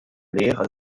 lehre